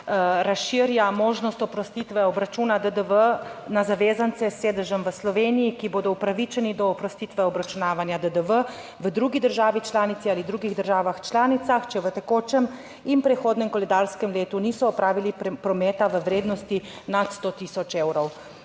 razširja možnost oprostitve obračuna DDV na zavezance s sedežem v Sloveniji, ki bodo upravičeni do oprostitve obračunavanja DDV v drugi državi članici ali drugih državah članicah, če v tekočem in prihodnjem koledarskem letu niso opravili prometa v vrednosti nad 100 tisoč evrov,